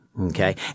Okay